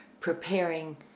preparing